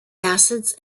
acids